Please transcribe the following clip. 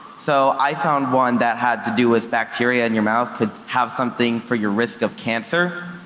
so i found one that had to do with bacteria in your mouth could have something for your risk of cancer.